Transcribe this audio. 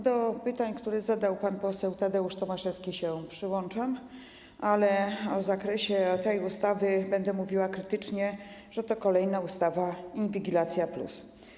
Do pytań, które zadał pan poseł Tadeusz Tomaszewski, przyłączam się, ale o zakresie tej ustawy będą mówiła krytycznie, że jest to kolejna ustawa inwigilacja+.